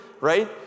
right